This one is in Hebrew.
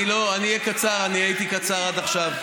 אני אהיה קצר, אני הייתי קצר עד עכשיו.